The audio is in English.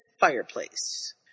fireplace